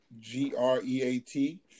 G-R-E-A-T